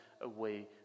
away